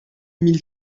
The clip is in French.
mille